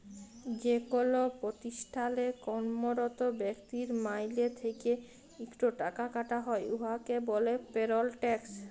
যেকল পতিষ্ঠালে কম্মরত ব্যক্তির মাইলে থ্যাইকে ইকট টাকা কাটা হ্যয় উয়াকে ব্যলে পেরল ট্যাক্স